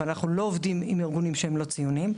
אבל אנחנו לא עובדים עם ארגונים שהם לא ציוניים.